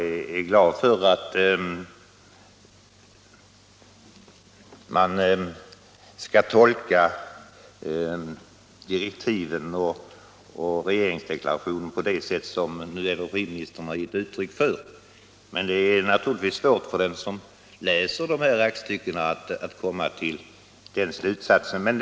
Det gläder mig att man skall tolka direktiven och regeringsdeklarationen på det sätt som energiministern nu givit uttryck för, eftersom det är svårt att komma fram till detta när man läser dessa aktstycken.